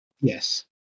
Yes